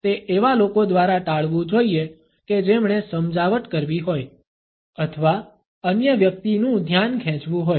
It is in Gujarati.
તે એવા લોકો દ્વારા ટાળવું જોઈએ કે જેમણે સમજાવટ કરવી હોય અથવા અન્ય વ્યક્તિનું ધ્યાન ખેંચવું હોય